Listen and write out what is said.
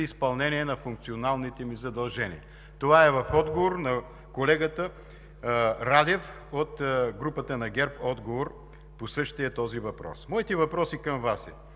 изпълнение на функционалните им задължения. Това е в отговор на колегата Радев от групата на ГЕРБ – отговор по същия този въпрос. Моите въпроси към Вас